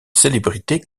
célébrités